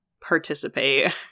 participate